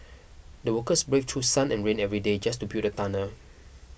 the workers braved through sun and rain every day just to build the tunnel